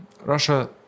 Russia